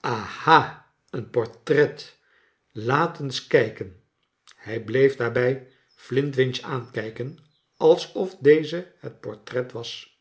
haha een portret laat eens kijken hij bleef daarbij flintwinch aankijken alsof deze het portret was